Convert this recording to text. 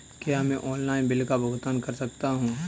क्या मैं online bill का भुगतान कर सकता हूँ?